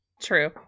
True